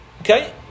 Okay